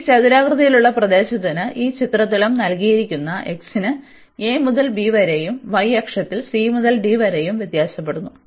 അതിനാൽ ഈ ചതുരാകൃതിയിലുള്ള പ്രദേശത്തിന് ഈ ചിത്രത്തിലും നൽകിയിരിക്കുന്നത് x ന് a മുതൽ b വരെയും y അക്ഷത്തിൽ c മുതൽ d വരെയും വ്യത്യാസപ്പെടുന്നു